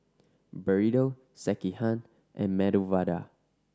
Burrito Sekihan and Medu Vada